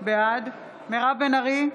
בעד מירב בן ארי,